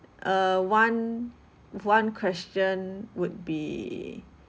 err one one question would be